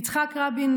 יצחק רבין